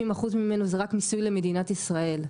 60% ממנו זה רק מיסוי למדינת ישראל,